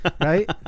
right